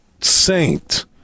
saint